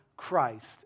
christ